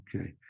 okay